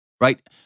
right